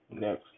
Next